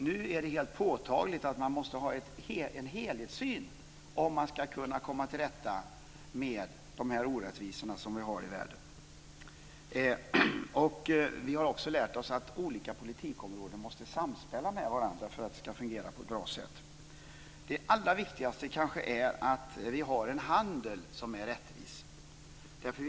Nu är det påtagligt att man måste ha en helhetssyn om man ska kunna komma till rätta med de orättvisor som vi har i världen. Vi har också lärt oss att olika politikområden måste samspela med varandra för att det ska fungera på ett bra sätt. Det allra viktigaste kanske är att vi har en handel som är rättvis.